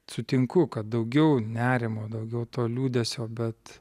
sutinku kad daugiau nerimo daugiau to liūdesio bet